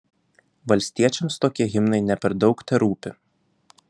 valstiečiams tokie himnai ne per daug terūpi